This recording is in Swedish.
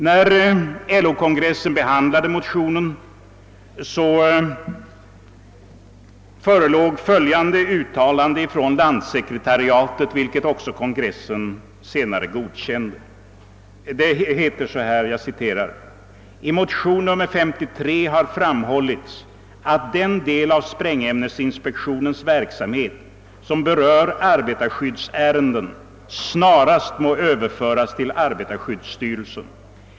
När LO-kongressen behandlade motionen förelåg följande uttalande från landssekretariatet, vilket också kongressen senare godkände: »I motionen nr 53 har framhållits att den del av sprängämnesinspektionens verksamhet som berör arbetarskyddsärenden snarast må överföras till arbetarskyddsstyrelsen.